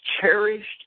cherished